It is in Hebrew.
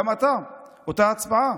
גם אתה, אותה הצבעה.